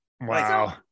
Wow